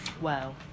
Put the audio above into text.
Wow